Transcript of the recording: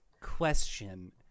Question